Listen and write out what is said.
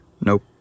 Nope